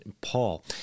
Paul